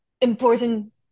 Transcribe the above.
important